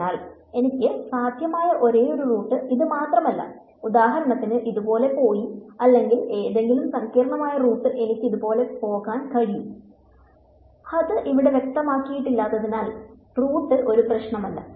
അതിനാൽ എനിക്ക് സാധ്യമായ ഒരേയൊരു റൂട്ട് ഇത് മാത്രമല്ല ഉദാഹരണത്തിന് ഇതുപോലെ പോയി അല്ലെങ്കിൽ ഏതെങ്കിലും സങ്കീർണ്ണമായ റൂട്ട് എനിക്ക് ഇതുപോലെ പോകാൻ കഴിയും അത് ഇവിടെ വ്യക്തമാക്കിയിട്ടില്ലാത്തതിനാൽ അത് പ്രശ്നമല്ല